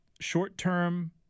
short-term